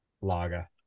lager